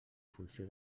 funció